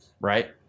right